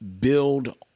build